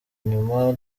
inyuma